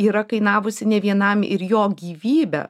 yra kainavusi nevienam ir jo gyvybę